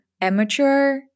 amateur